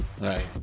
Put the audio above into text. Right